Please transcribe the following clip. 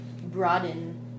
broaden